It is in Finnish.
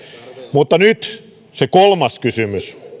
mutta nyt se kolmas kysymys